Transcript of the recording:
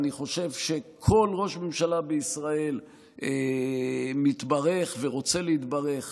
אני חושב שכל ראש ממשלה בישראל מתברך ורוצה להתברך